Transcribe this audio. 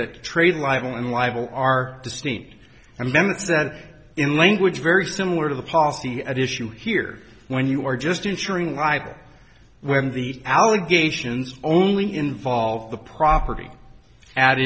libel are distinct amendments that are in language very similar to the policy at issue here when you are just ensuring rival when these allegations only involve the property a